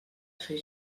fer